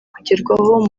kugerwaho